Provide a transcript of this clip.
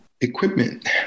equipment